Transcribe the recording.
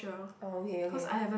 oh okay okay